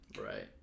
Right